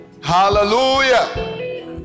hallelujah